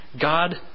God